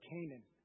Canaan